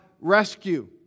rescue